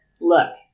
look